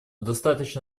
достаточно